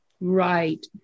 Right